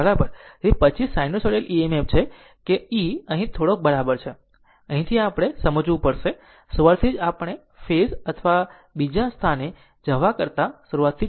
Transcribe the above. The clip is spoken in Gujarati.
તેથી પછી આ સિનુસાઇડલ EMF છે કે E અહીં થોડોક થોડો બરાબર છે આપણે અહીંથી જ સમજવું પડશે શરૂઆતથી જ આપણે ફેઝ અથવા Bજા સ્થાને જવા કરતાં શરૂઆત કરી છે